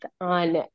on